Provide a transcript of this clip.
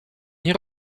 nie